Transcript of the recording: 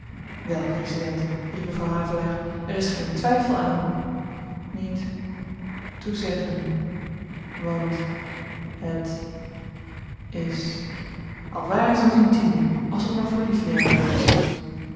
wel resident riep mevrouw havelaar er is geen twyfel aan niet toezeggen want het is al waren ze met hun tienen als ze t maar voor lief nemen by ons